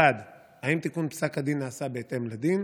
1. האם תיקון פסק הדין נעשה בהתאם לדין?